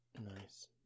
nice